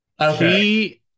Okay